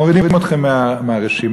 מורידים אתכם מהרשימה.